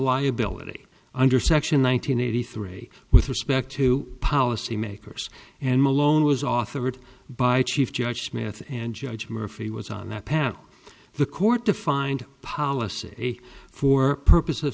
liability under section one thousand eighty three with respect to policy makers and malone was authored by chief judge smith and judge murphy was on that panel the court defined policy for purposes